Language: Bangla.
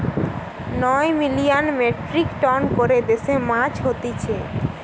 নয় মিলিয়ান মেট্রিক টন করে দেশে মাছ হতিছে